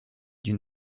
d’une